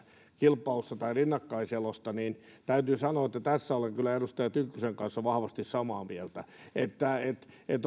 kilpailusta tai rinnakkaiselosta täytyy sanoa että tässä olen kyllä edustaja tynkkysen kanssa vahvasti samaa mieltä on